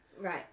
Right